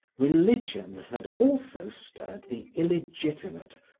religion had also stirred the illegitimate,